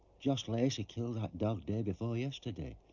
just lacey killed that dog, day before yesterday.